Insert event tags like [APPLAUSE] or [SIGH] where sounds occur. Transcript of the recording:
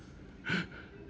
[BREATH]